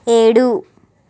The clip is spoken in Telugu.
ఏడు